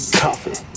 coffee